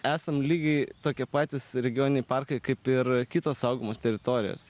esam lygiai tokie patys regioniniai parkai kaip ir kitos saugomos teritorijos